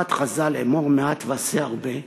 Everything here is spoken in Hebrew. באמרת חז"ל "אמור מעט ועשה הרבה",